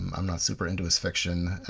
um not super into his fiction,